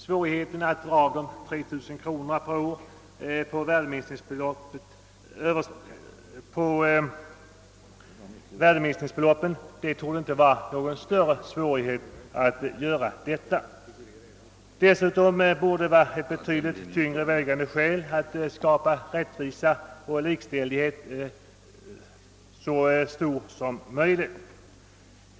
Svårigheten att dra av 3000 kronor per år på värdeminskningsbelopp överstigande denna summa torde inte vara stor. Ett betydligt tyngre vägande skäl borde dessutom ha varit att söka skapa rättvisa och likställighet för så många som möjligt.